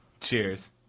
Cheers